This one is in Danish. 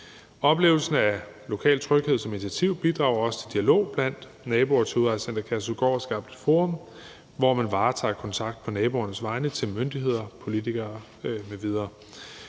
Oplevelsen af Lokaltryghed som initiativ bidrager også til dialog blandt naboer til Udrejsecenter Kærshovedgård og har skabt et forum, hvor man varetager kontakten på naboernes vegne til myndigheder, politikere